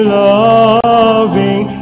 loving